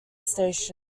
station